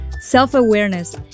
self-awareness